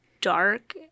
dark